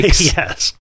Yes